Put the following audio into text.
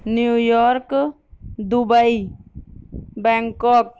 new York Dubai Bangkok